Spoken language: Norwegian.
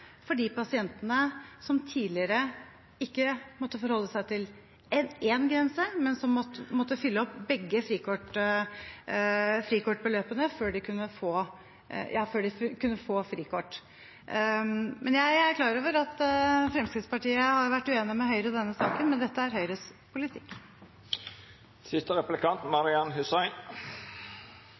for de pasientene som tidligere ikke måtte forholde seg til bare én grense, men som måtte fylle opp begge frikortbeløpene før de kunne få frikort. Jeg er klar over at Fremskrittspartiet har vært uenig med Høyre i denne saken, men dette er Høyres politikk.